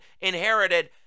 inherited